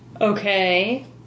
Okay